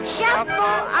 Shuffle